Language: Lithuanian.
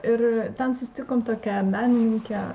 ir ten susitikom tokią menininkę